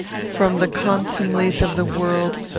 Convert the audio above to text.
from the contumelies of the world,